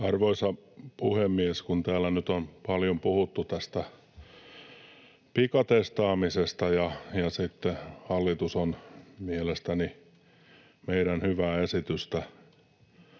Arvoisa puhemies! Kun täällä nyt on paljon puhuttu tästä pikatestaamisesta ja sitten hallitus on mielestäni meidän hyvää esitystämme